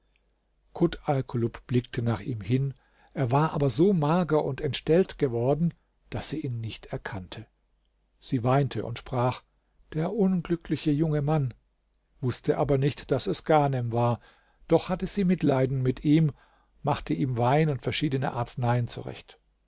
alkulub blickte nach ihm hin er war aber so mager und entstellt geworden daß sie ihn nicht erkannte sie weinte und sprach der unglückliche junge mann wußte aber nicht daß es ghanem war doch hatte sie mitleiden mit ihm machte ihm wein und verschiedene arzneien zurecht